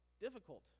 difficult